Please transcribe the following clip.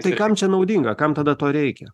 tai kam čia naudinga kam tada to reikia